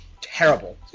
terrible